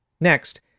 Next